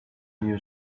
new